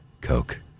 Coke